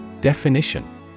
Definition